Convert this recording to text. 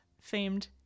Famed